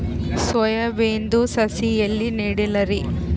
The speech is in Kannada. ಸೊಯಾ ಬಿನದು ಸಸಿ ಎಲ್ಲಿ ನೆಡಲಿರಿ?